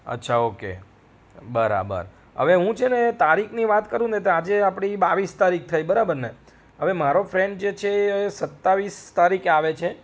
અચ્છા ઓકે બરાબર હવે હું છેને તારીખની વાત કરુંને તો આજે આપણી બાવીસ તારીખ થઈ બરાબરને હવે મારો ફ્રેન્ડ જે છે એ સત્તાવીસ તારીખે આવે છે